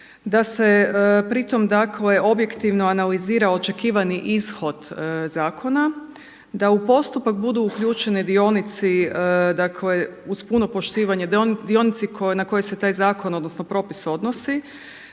Da se pri tome dakle objektivno analizira očekivani ishod zakona. Da u postupak budu uključeni dionici, dakle uz puno poštivanje, dionici na koje se taj zakon odnosno propis odnosi.